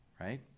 right